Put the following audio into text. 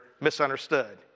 misunderstood